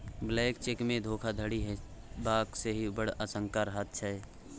blank चेकमे धोखाधड़ी हेबाक सेहो बड़ आशंका रहैत छै